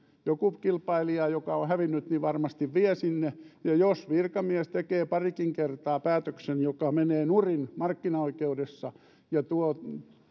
joku kilpailija joka on hävinnyt varmasti vie sinne ja jos virkamies tekee parikin kertaa päätöksen joka menee nurin markkinaoikeudessa ja tuo